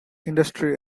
industry